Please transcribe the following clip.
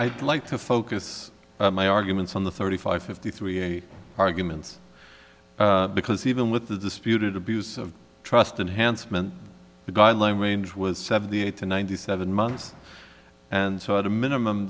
i'd like to focus my arguments on the thirty five fifty three eight arguments because even with the disputed abuse of trust and handsome and the guideline range was seventy eight to ninety seven months and so at a minimum